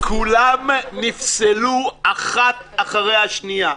וכולן נפסלו אחת אחרי השנייה.